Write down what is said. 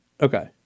Okay